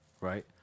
right